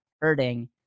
hurting